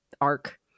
arc